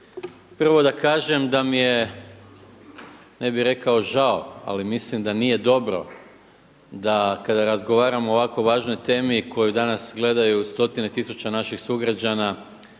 Prvo da kažem da mi je ne bih rekao žao, ali mislim da nije dobro da kada razgovaramo o ovako važnoj temi koju danas gledaju stotine tisuća naših sugrađana